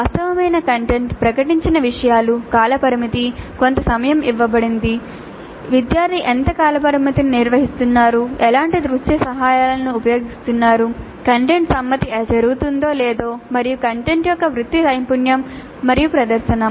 వాస్తవమైన కంటెంట్ ప్రకటించిన విషయాలు కాలపరిమితి కొంత సమయం ఇవ్వబడింది విద్యార్థి ఎంత కాలపరిమితిని నిర్వహిస్తున్నారు ఎలాంటి దృశ్య సహాయాలను ఉపయోగిస్తున్నారు కంటెంట్ సమ్మతి జరుగుతుందో లేదో మరియు కంటెంట్ యొక్క వృత్తి నైపుణ్యం మరియు ప్రదర్శన